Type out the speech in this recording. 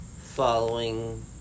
Following